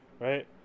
right